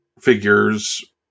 figures